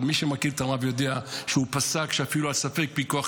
מי שמכיר את הרב יודע שהוא פסק שאפילו על ספק פיקוח